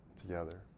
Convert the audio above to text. together